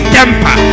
temper